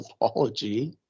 apology